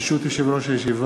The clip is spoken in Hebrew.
ברשות יושב-ראש הישיבה,